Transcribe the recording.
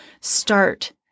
start